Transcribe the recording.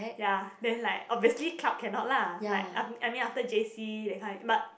ya then like obviously club cannot lah like aft~ I mean after j_c that kind but